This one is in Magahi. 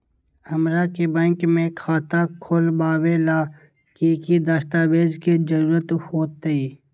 हमरा के बैंक में खाता खोलबाबे ला की की दस्तावेज के जरूरत होतई?